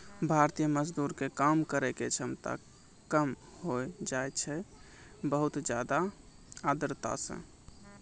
भारतीय मजदूर के काम करै के क्षमता कम होय जाय छै बहुत ज्यादा आर्द्रता सॅ